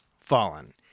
fallen